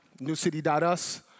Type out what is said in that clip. newcity.us